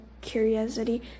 curiosity